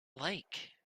like